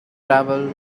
travel